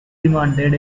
demanded